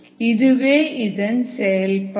இதுவே இதன் செயல்பாடு